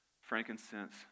frankincense